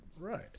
Right